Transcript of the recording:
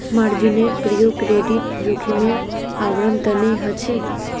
मार्जिनेर प्रयोग क्रेडिट जोखिमेर आवरण तने ह छे